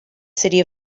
city